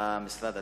במשרד הדתות.